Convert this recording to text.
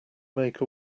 make